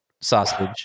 sausage